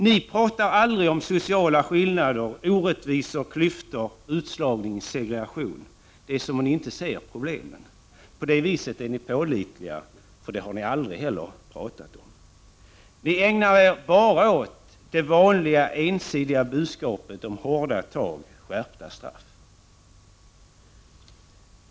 Ni pratar aldrig om sociala skillnader, orättvisor, klyftor, utslagning och segregation. Det är som om ni inte ser problemen. På det viset är ni pålitliga, för detta har ni aldrig pratat om. Ni ägnar er bara åt det vanliga, ensidiga budskapet om hårdare tag och skärpta straff.